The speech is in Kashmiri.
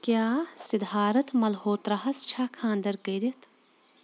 کیٛاہ سِدھارَتھ مَلہوترٛاہس چھےٚ خاندر کٔرِتھ